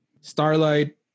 Starlight